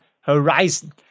horizon